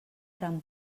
gran